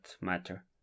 matter